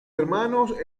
hermanos